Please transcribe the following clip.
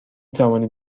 توانید